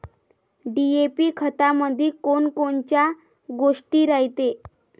DAP खतामंदी कोनकोनच्या गोष्टी रायते?